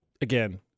again